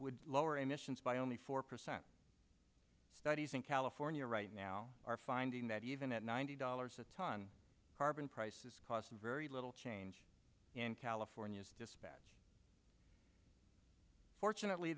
would lower emissions by only four percent studies in california right now are finding that even at ninety dollars a ton carbon prices cause very little change in california's dispatch fortunately